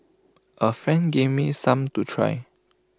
A friend gave me some to try